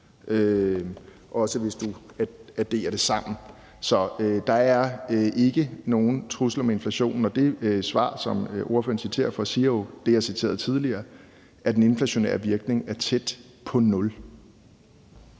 også hvis du lægger det sammen. Så der er ikke nogen trussel om inflation. Og det svar, ordføreren citerer fra, siger jo det, jeg citerede tidligere, nemlig at den inflationære virkning er »tæt på nul«.